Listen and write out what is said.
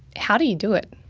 how do you do it?